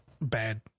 bad